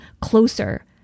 closer